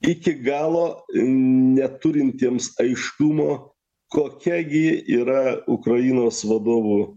iki galo neturintiems aiškumo kokia gi yra ukrainos vadovų